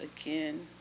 again